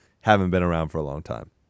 haven't-been-around-for-a-long-time